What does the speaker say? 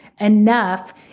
enough